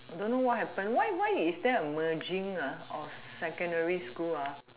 don't know what happen why why is there a merging ah of secondary school ah